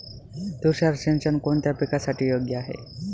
तुषार सिंचन कोणत्या पिकासाठी योग्य आहे?